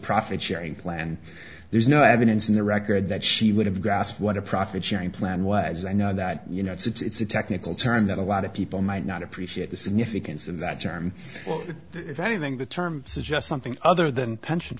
profit sharing plan there's no evidence in the record that she would have grasped what a profit sharing plan was i know that you know it's a technical term that a lot of people might not appreciate the significance of the term if anything the term suggests something other than pension